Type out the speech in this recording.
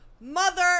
Mother